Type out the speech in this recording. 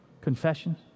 confession